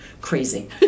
crazy